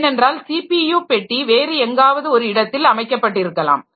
ஏனென்றால் ஸிபியு பெட்டி வேறு எங்காவது ஒரு இடத்தில் அமைக்கப்பட்டிருக்கலாம்